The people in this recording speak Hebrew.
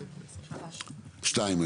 שלושה.